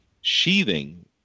sheathing